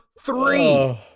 three